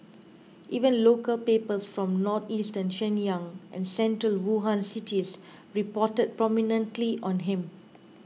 even local papers from northeastern Shenyang and central Wuhan cities reported prominently on him